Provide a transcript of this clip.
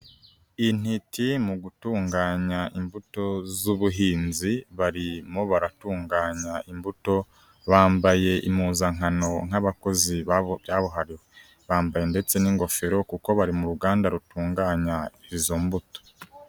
Intiti mu gutunganya imbuto z'ubuhinzi barimo baratunganya imbuto, bambaye impuzankano nk'abakozi babo kabuhariwe, bambaye ndetse n'ingofero kuko bari mu ruganda rutunganya izo mbuto.